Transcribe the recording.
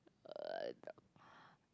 uh